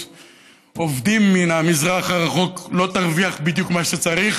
עובדים מן המזרח הרחוק לא תרוויח בדיוק מה שצריך,